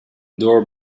door